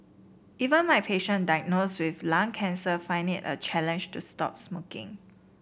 even my patient diagnosed with lung cancer find it a challenge to stop smoking